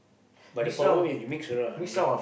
but the problem is you mix around you